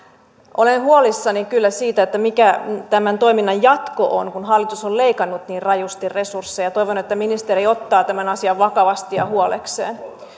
olen huolissani kyllä siitä mikä tämän toiminnan jatko on kun hallitus on leikannut niin rajusti resursseja toivon että ministeri ottaa tämän asian vakavasti ja huolekseen